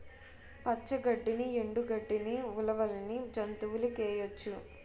పచ్చ గడ్డిని ఎండు గడ్డని ఉలవల్ని జంతువులకేయొచ్చు